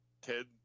Ted